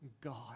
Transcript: God